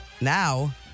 now